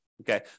okay